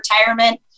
retirement